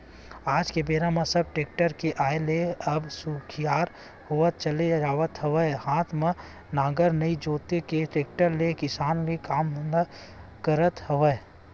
आज के बेरा म सब टेक्टर के आय ले अब सुखियार होवत चले जावत हवय हात म नांगर नइ जोंत के टेक्टर ले किसानी के काम ल करत हवय